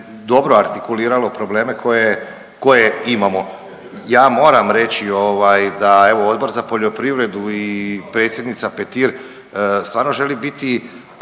dobro artikuliralo probleme koje imamo. Ja moram reći da evo Odbor za poljoprivredu i predsjednica Petir stvarno želi biti